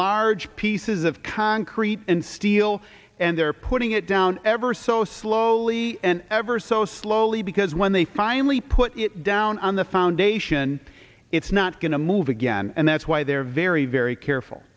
large pieces of concrete and steel and they're putting it down ever so slowly and ever so slowly because when they finally put it down on the foundation it's not going to move again and that's why they're very very careful